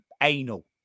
anal